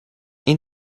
این